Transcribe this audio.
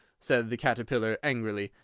said the caterpillar angrily,